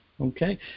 Okay